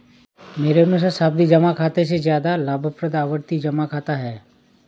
मेरे अनुसार सावधि जमा खाते से ज्यादा लाभप्रद आवर्ती जमा खाता है